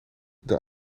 door